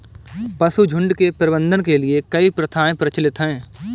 पशुझुण्ड के प्रबंधन के लिए कई प्रथाएं प्रचलित हैं